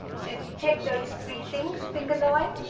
so if you check those three things finger line,